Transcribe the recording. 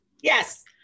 yes